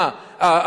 מה,